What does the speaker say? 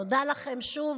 תודה לכם שוב,